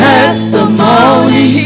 Testimony